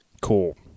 Cool